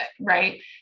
right